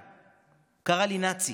קרא לי "נאצי"